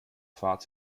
fahrt